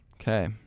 okay